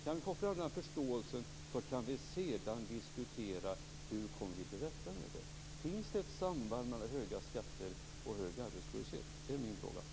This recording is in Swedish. Kan vi få fram denna förståelse, så kan vi sedan diskutera hur vi kommer till rätta med detta. Finns det ett samband mellan höga skatter och hög arbetslöshet? Det är min fråga.